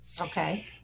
Okay